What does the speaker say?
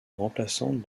remplaçante